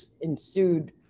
ensued